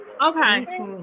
okay